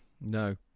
No